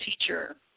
teacher